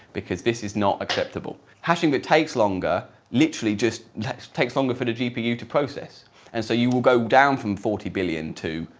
because this is not acceptable. hashing it takes longer literally just like it takes longer for the gpu to process and so you will go down from forty billion to,